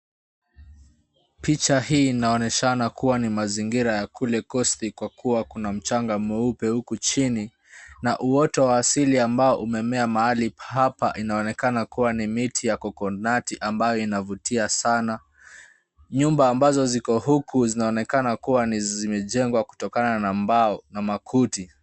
Picha hii inaoneshana kuwa ni mazingira ya kule kosti kwa kuwa kuna mchanga mweupe huku chini na uoto wa asili ambao umemea mahali hapa inaonekana kuwa ni miti ya kokonati ambayo inavutia sana. Nyumba ambazo ziko huku zinaonekana kuwa ni zimejengwa kutokana na mbao na makuti.